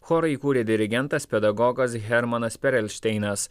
chorą įkūrė dirigentas pedagogas hermanas perelšteinas